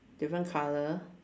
different colour